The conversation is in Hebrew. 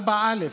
4(א).